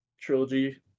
trilogy